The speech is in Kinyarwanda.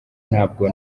ntabwo